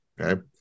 okay